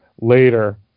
later